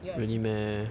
get what I mean